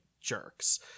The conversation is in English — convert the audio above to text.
jerks